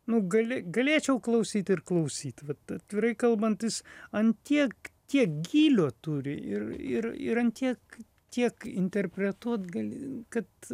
nu gali galėčiau klausyt ir klausyt vat atvirai kalbant jis an tiek kiek gylio turi ir ir ir an tiek tiek interpretuot gali kad